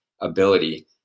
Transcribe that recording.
ability